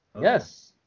yes